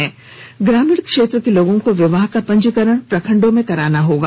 वहीं ग्रामीण क्षेत्र के लोगों को विवाह का पंजीकरण प्रखंडो में कराना होगा